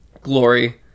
glory